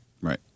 Right